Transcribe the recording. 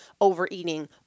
overeating